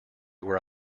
where